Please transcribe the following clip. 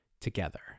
together